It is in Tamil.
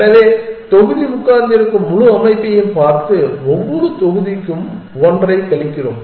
எனவே தொகுதி உட்கார்ந்திருக்கும் முழு அமைப்பையும் பார்த்து ஒவ்வொரு தொகுதிக்கும் ஒன்றைக் கழிக்கிறோம்